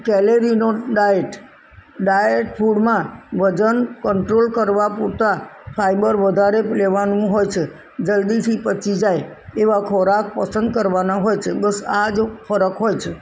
કેલેરીનો diet diet ફૂડમાં વજન control કરવા પૂરતાં ફાયબર વધારે લેવાનું હોય છે જલ્દીથી પચી જાય એવા ખોરાક પસંદ કરવાના હોય છે બસ આ જ ફરક હોય છે